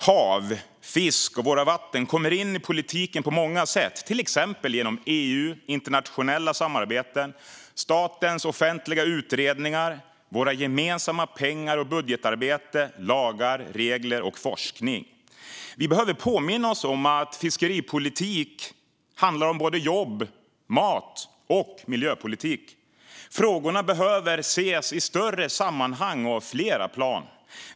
Hav, fisk och våra vatten kommer in i politiken på många sätt, till exempel genom EU, internationella samarbeten, statens offentliga utredningar, våra gemensamma pengar och budgetarbete, lagar, regler och forskning. Vi behöver påminna oss om att fiskeripolitik handlar om både jobb, mat och miljöpolitik. Frågorna behöver ses i större sammanhang och på flera plan.